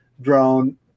drone